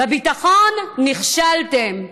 בביטחון נכשלתם.